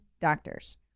doctors